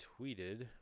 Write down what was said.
tweeted